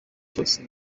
cyose